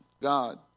God